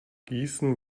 gießen